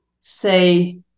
say